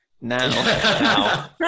now